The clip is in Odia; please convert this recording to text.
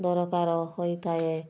ଦରକାର ହୋଇଥାଏ